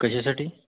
कशासाठी